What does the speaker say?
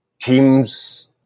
teams